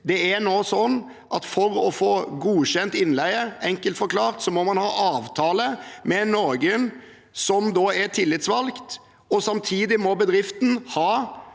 for å få godkjent innleie må man enkelt forklart ha avtale med noen som er tillitsvalgt, og samtidig må bedriften ha